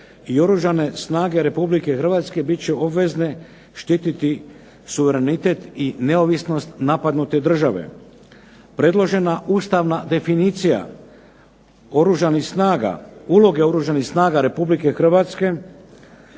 i Oružane snage RH bit će obvezne štititi suverenitet i neovisnost napadnute države. Predložena ustavna definicija Oružanih snaga, uloge Oružanih